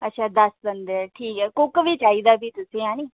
अच्छा दस बंदे ठीक ऐ कुक्क बी चाहिदा फ्ही तुसेंगी ऐ नी